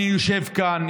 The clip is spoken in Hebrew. אני יושב כאן,